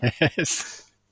Yes